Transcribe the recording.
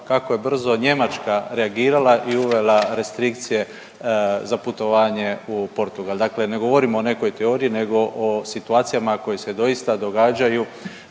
kako je brzo Njemačka reagirala i uvela restrikcije za putovanje u Portugal. Dakle, ne govorimo o nekoj teoriji nego o situacijama koje se doista događaju